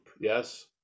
Yes